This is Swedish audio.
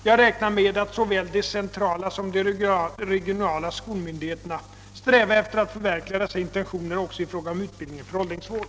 Jag räknar med att såväl de centrala som de regionala skolmyndigheterna strävar efter att förverkliga dessa intentioner också i fråga om utbildningen för åldringsvård.